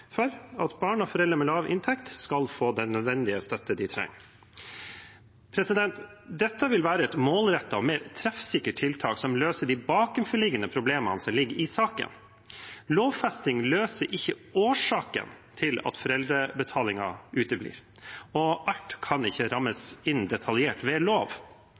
for at barn av foreldre med lav inntekt skal få den støtten de trenger. Dette vil være et målrettet og mer treffsikkert tiltak, som løser de bakenforliggende problemene som ligger i saken. Lovfesting løser ikke årsakene til at foreldrebetalingen uteblir, og alt kan ikke rammes detaljert inn ved lov.